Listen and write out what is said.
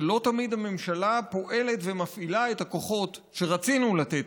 שלא תמיד הממשלה פועלת ומפעילה את הכוחות שרצינו לתת